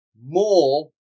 more